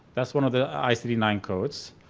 that's one of the i c nine codes.